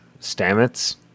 Stamets